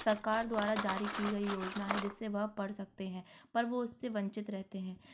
सरकार द्वारा जारी की गई योजना है जिससे वह पढ़ सकते हैं पर वो उससे वंचित रहते हैं